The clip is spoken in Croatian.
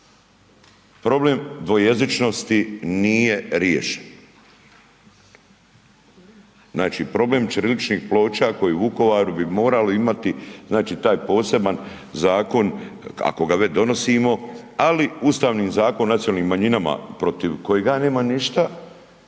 Problem dvojezičnosti nije riješen. Znači, problem ćiriličnih ploča koji u Vukovaru bi morali imati znači taj poseban zakon ako ga već donosimo. Ali Ustavnim zakonom o nacionalnim manjinama protiv kojega ja nemam ništa